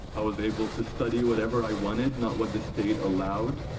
i was able to study whatever i wanted, not what the state allowed.